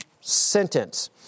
sentence